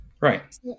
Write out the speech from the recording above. Right